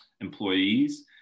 employees